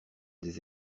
des